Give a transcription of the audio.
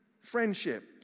friendship